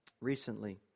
recently